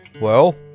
Well